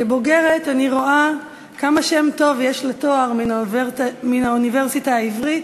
כבוגרת אני רואה עד כמה לתואר מן האוניברסיטה העברית